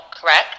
correct